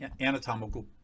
anatomical